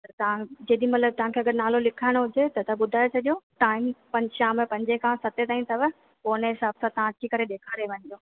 पर तव्हां जेॾीमहिल तव्हां खे अगरि नालो लिखाइणो हुजे त तव्हां ॿुधाए छॾियो टाईम शाम पंजे खां सतें ताईं अथव पोइ उन हिसाब सां तव्हां अची करे ॾेखारे वञिजो